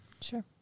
sure